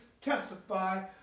testify